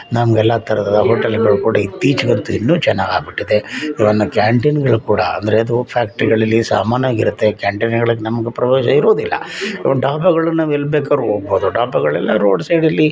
ನಮಗೆಲ್ಲ ಥರದ ಹೋಟೆಲ್ಗಳು ಕೂಡ ಇತ್ತೀಚೆಗಂತೂ ಇನ್ನೂ ಚೆನ್ನಾಗಿ ಆಗಿಬಿಟ್ಟಿದೆ ಈವನ್ನು ಕ್ಯಾಂಟೀನ್ಗಳಿಗೂ ಕೂಡ ಅಂದರೆ ಅದು ಫ್ಯಾಕ್ಟ್ರಿಗಳಲ್ಲಿ ಸಾಮಾನ್ಯವಾಗಿರುತ್ತೆ ಕ್ಯಾಂಟೀನ್ಗಳಿಗೆ ನಮ್ಗೆ ಪ್ರವೇಶ ಇರುವುದಿಲ್ಲ ಡಾಬಾಗಳು ನಾವು ಎಲ್ಲಿ ಬೇಕಾದ್ರೂ ಹೋಗ್ಬೋದು ಡಾಬಾಗಳೆಲ್ಲ ರೋಡ್ ಸೈಡಲ್ಲಿ